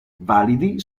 validi